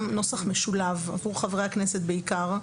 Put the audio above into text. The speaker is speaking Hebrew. גם נוסח משולב עבור חברי הכנסת בעיקר,